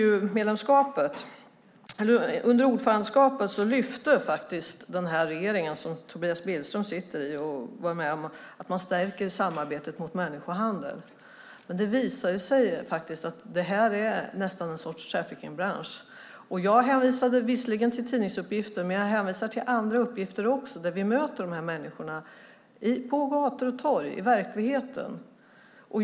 Under ordförandeskapet lyfte den här regeringen, som Tobias Billström sitter i, fram att man skulle stärka samarbetet mot människohandel. Men det visar sig faktiskt att det här nästan är en sorts trafficking-bransch. Jag hänvisade visserligen till tidningsuppgifter, men jag hänvisar också till andra uppgifter där vi möter de här människorna på gator och torg, i verkligheten.